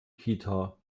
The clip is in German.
kita